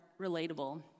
relatable